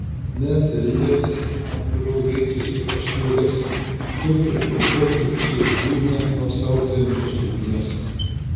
metę ietis ant kurių laikėsi pašiūrės turkai galvotrūkčiais dūmė nuo siautėjančios ugnies